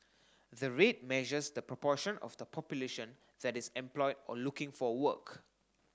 the rate measures the proportion of the population that is employed or looking for work